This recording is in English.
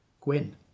Gwyn